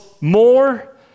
more